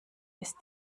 ist